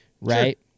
Right